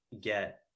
get